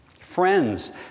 friends